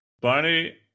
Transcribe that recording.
Barney